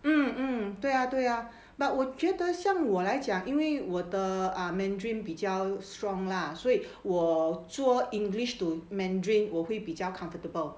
mm mm 对啊对啊 but 我觉得像我来讲因为我的 um mandarin 比较 strong lah 所以我做 english to mandarin 我会比较 comfortable